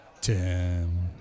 Tim